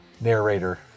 narrator